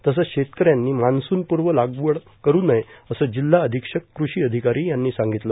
तसंच शेतकऱ्यांनी मान्सूनपूर्व लागवड करू नये असे जिल्हा अधीक्षक कृषी अधिकारी यांनी सांगितले